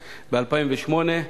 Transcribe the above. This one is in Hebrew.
ב-2008,